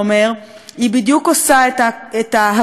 היא בדיוק עושה את ההבחנה הזאת,